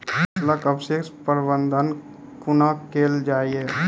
फसलक अवशेषक प्रबंधन कूना केल जाये?